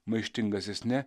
maištingasis ne